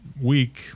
week